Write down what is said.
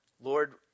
Lord